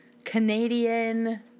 Canadian